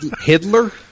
Hitler